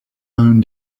own